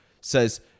says